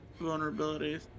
vulnerabilities